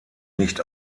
nicht